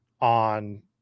on